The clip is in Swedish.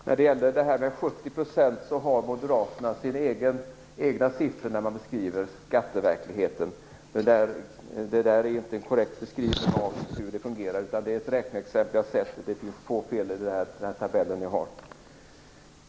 Herr talman! Beträffande de 70 % som nämns vill jag påpeka att moderaterna har sina egna siffror när de beskriver skatteverkligheten. Det där är inte en korrekt beskrivning av hur det fungerar. Det är ett räkneexempel. Jag har sett att det finns fel i den tabell jag har.